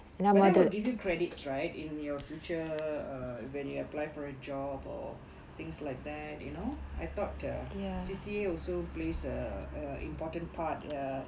but that will give you credits right in your future uh when you apply for a job or things like that you know I thought uh C_C_A also plays a a important part uh